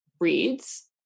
reads